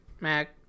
mac